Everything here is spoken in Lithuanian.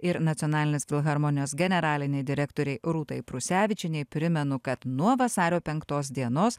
ir nacionalinės filharmonijos generalinei direktorei rūtai prusevičienei primenu kad nuo vasario penktos dienos